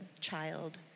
child